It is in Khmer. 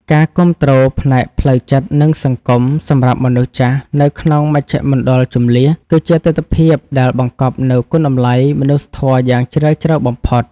ការគាំទ្រផ្នែកផ្លូវចិត្ត និងសង្គមសម្រាប់មនុស្សចាស់នៅក្នុងមជ្ឈមណ្ឌលជម្លៀស គឺជាទិដ្ឋភាពដែលបង្កប់នូវគុណតម្លៃមនុស្សធម៌យ៉ាងជ្រាលជ្រៅបំផុត។